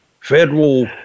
Federal